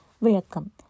Welcome